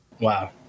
Wow